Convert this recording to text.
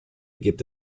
gibt